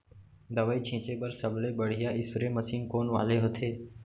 दवई छिंचे बर सबले बढ़िया स्प्रे मशीन कोन वाले होथे?